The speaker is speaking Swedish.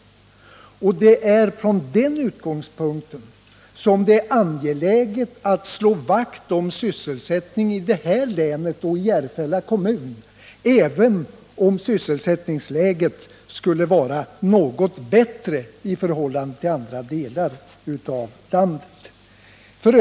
Det är med den här utgångspunkten angeläget att slå vakt om sysselsättningen i det här länet och i Järfälla kommun, även om alltså sysselsättningsläget i regionen är något bättre än i andra delar av landet.